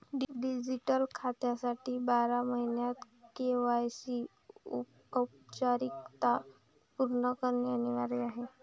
digital खात्यासाठी बारा महिन्यांत के.वाय.सी औपचारिकता पूर्ण करणे अनिवार्य आहे